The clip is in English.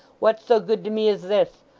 what's so good to me as this?